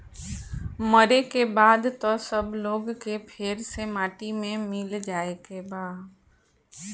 मरे के बाद त सब लोग के फेर से माटी मे मिल जाए के बा